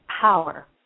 power